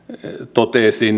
totesi